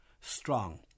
strong